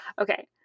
okay